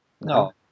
No